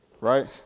Right